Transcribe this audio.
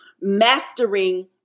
Mastering